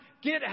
Get